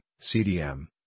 CDM